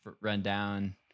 rundown